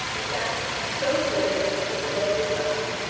in fact, so clear and explicit was this document,